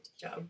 job